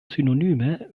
synonyme